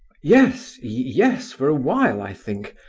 yes yes for a while, i think,